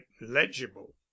legible